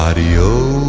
Adios